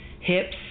hips